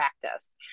practice